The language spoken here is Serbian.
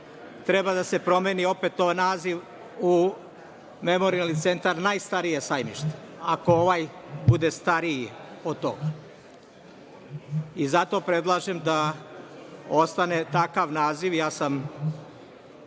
treba da se promeni opet naziv u Memorijalni centar „Najstarije Sajmište“, ako ovaj bude stariji od tog. Zato predlažem da ostane takav naziv.